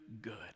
good